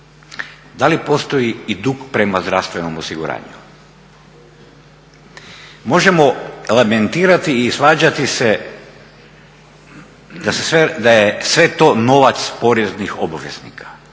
da li postoji i dug prema zdravstvenom osiguranju. Možemo lamentirati i svađati se da je sve to novac poreznih obveznica,